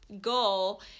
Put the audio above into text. goal